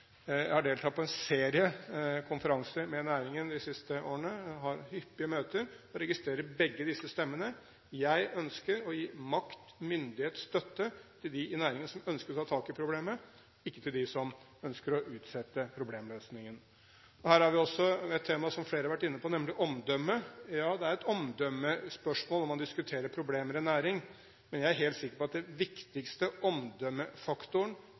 Jeg har deltatt på en serie konferanser med næringen de siste årene. Vi har hyppige møter. Jeg registrerer begge disse stemmene. Jeg ønsker å gi makt, myndighet og støtte til dem i næringen som ønsker å ta tak i problemet, ikke til dem som ønsker å utsette problemløsningen. Her har vi også et tema som flere har vært inne på, nemlig omdømme. Ja, det er et omdømmespørsmål når man diskuterer problemer i en næring, men jeg er helt sikker på at den viktigste omdømmefaktoren